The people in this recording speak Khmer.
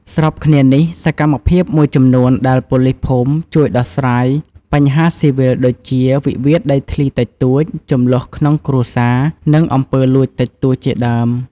ស្របគ្នានេះ សកម្មភាពមួយចំនួនដែលប៉ូលីសភូមិជួយដោះស្រាយបញ្ហាស៊ីវិលដូចជា វិវាទដីធ្លីតិចតួច ជម្លោះក្នុងគ្រួសារ និងអំពើលួចតិចតួច ជាដើម។